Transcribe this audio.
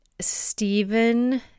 Stephen